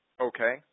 Okay